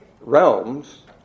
realms